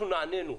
אנחנו נענינו,